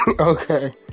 Okay